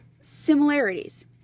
similarities